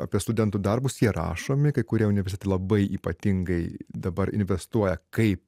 apie studentų darbus jie rašomi kai kurie universitetai labai ypatingai dabar investuoja kaip